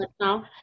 now